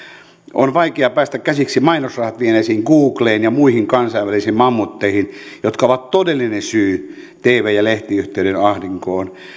on vaikea päästä käsiksi mainosrahat vieneeseen googleen ja muihin kansainvälisiin mammutteihin jotka ovat todellinen syy tv ja lehtiyhtiöiden ahdinkoon